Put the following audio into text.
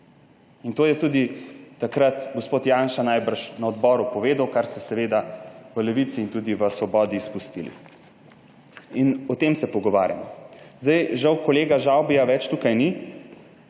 In to je tudi takrat gospod Janša najbrž na odboru povedal, kar ste seveda v Levici in tudi v Svobodi izpustili. In o tem se pogovarjamo. Žal kolega Žavbija zdaj ni